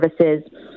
services